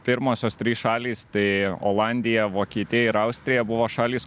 pirmosios trys šalys tai olandija vokietija ir austrija buvo šalys